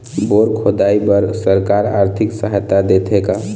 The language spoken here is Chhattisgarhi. बोर खोदाई बर सरकार आरथिक सहायता देथे का?